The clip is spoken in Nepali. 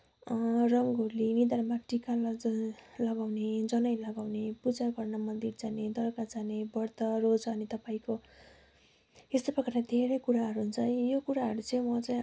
रङ्गोली निधारमा टीका लगाउने जनै लगाउने पूजा गर्न मन्दिर जाने दर्गा जाने वर्त रोजा अनि तपाईँको यस्तो प्रकारले धेरै कुराहरू हुन्छ है यो कुराहरू चाहिँ म चाहिँ